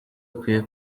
akwiye